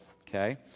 Okay